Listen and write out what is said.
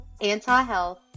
anti-health